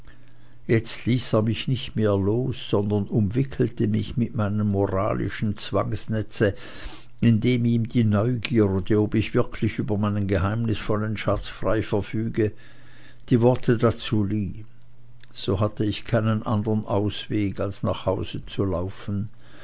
jetzt ließ er mich nicht mehr los sondern umwickelte mich mit einem moralischen zwangsnetze indem ihm die neugierde ob ich wirklich über meinen geheimnisvollen schatz frei verfüge die worte dazu lieh so hatte ich keinen andern ausweg als nach hause zu laufen